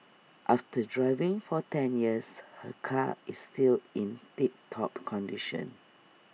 after driving for ten years her car is still in tip top condition